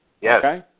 Yes